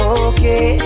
okay